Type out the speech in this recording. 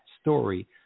story